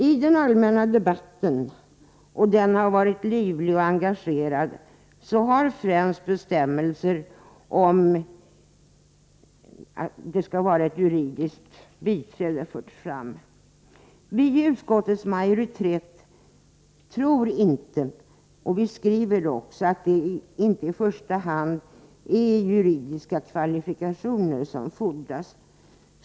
I den allmänna debatten — och den har varit livlig och engagerad — har främst bestämmelser om ett juridiskt biträde krävts. Vi i utskottsmajoriteten tror inte att det i första hand är juridiska kvalifikationer som fordras av biträdet.